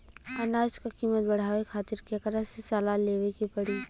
अनाज क कीमत बढ़ावे खातिर केकरा से सलाह लेवे के पड़ी?